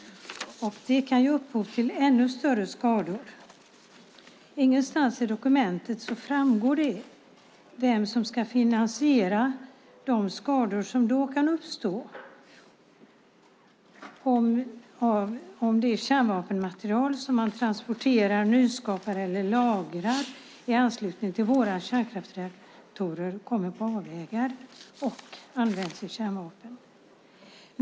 Det kan ge upphov till ännu större skador. Ingenstans i dokumentet framgår det vem som ska finansiera de skador som kan uppstå om det kärnvapenmaterial som man transporterar, nyskapar och lagrar i anslutning till våra kärnkraftsreaktorer kommer på avvägar och används i kärnvapen.